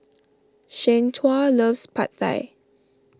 Shanequa loves Pad Thai